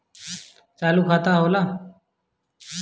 चालू खाता का होला?